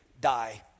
die